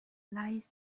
lies